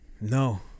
No